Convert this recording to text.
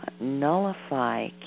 nullify